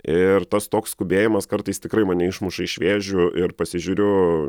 ir tas toks skubėjimas kartais tikrai mane išmuša iš vėžių ir pasižiūriu